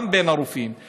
וגם בין הרופאים,